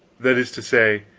that is to say,